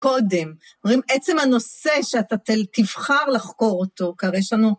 קודם, אומרים, עצם הנושא שאתה תבחר לחקור אותו, כראה שאני...